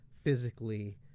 physically